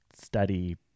study